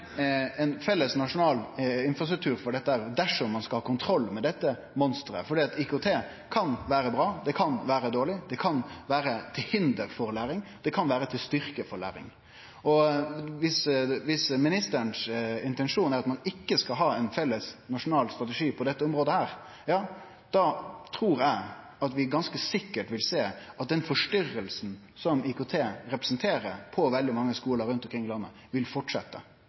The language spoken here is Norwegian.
ein treng ein felles nasjonal infrastruktur for dette, dersom ein skal ha kontroll med dette monsteret, fordi IKT kan vere bra, det kan vere dårleg, det kan vere til hinder for læring, det kan vere til styrke for læring. Dersom ministerens intensjon er at ein ikkje skal ha ein felles nasjonal strategi på dette området, trur eg at vi ganske sikkert vil sjå at den forstyrringa som IKT representerer på veldig mange skolar rundt omkring i landet, vil